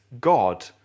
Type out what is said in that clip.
God